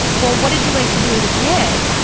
well, what did you like to do as a kid?